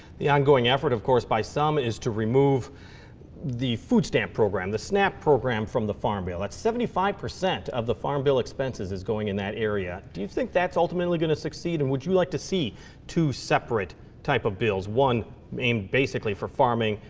the ongoing effort, of course, by some, is to remove the food stamp program, the snap program from the farm bill. that seventy five percent of the farm bill expenses is going in that area. do you think that's ultimately going to succeed? and would you like to see two separate type of bills. one aimed, basically, for farming,